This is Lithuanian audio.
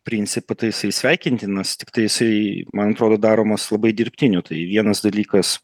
principą tai jisai sveikintinas tiktai jisai man atrodo daromos labai dirbtiniu tai vienas dalykas